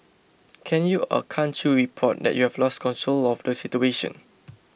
can you or can't you report that you've lost control of the situation